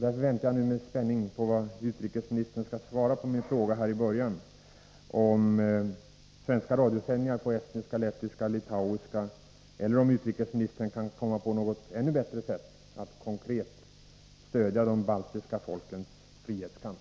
Därför väntar jag nu med spänning på vad utrikesministern skall svara på den fråga jag ställde tidigare om svenska radiosändningar på estniska, lettiska och litauiska — eller om utrikesministern kan komma på något ännu bättre sätt att konkret stödja de baltiska folkens frihetskamp.